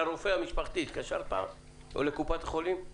לרופא המשפחתי התקשרת פעם או לקופת החולים?